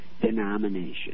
Denomination